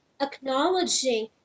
acknowledging